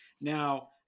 Now